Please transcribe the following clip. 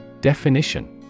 Definition